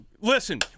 listen